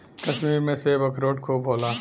कश्मीर में सेब, अखरोट खूब होला